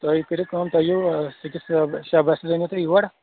تُہۍ کٔرِو کٲم تُہۍ یِیِو سِکِس شیٚے بَسہٕ أنِو تُہۍ یور